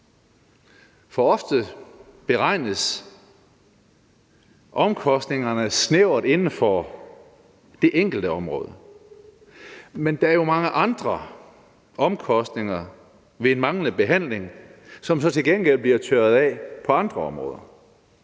for ofte beregnes omkostningerne snævert inden for det enkelte område. Men der er jo mange andre omkostninger ved en manglende behandling, som så til gengæld bliver tørret af på andre områder.